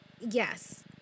yes